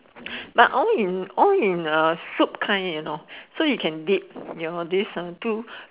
but all in all in soup kind so you can dip your this two